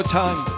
time